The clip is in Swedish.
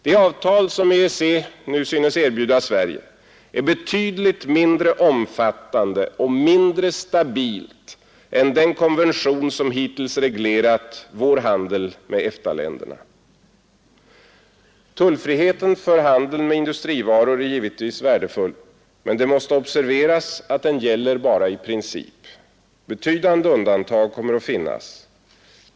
Det avtal, som EEC nu synes erbjuda Sverige, är betydligt mindre omfattande och mindre stabilt än den konvention som hittills reglerat vår aj handel med EFTA-länderna. Tullfriheten för handeln med industrivaror är givetvis värdefull, men det måste observeras att den gäller endast i princip. Betydande undantag kommer att finnas.